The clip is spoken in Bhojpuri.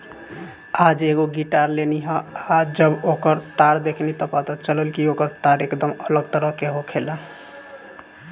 आज एगो गिटार लेनी ह आ जब ओकर तार देखनी त पता चलल कि ओकर तार एकदम अलग तरह के होखेला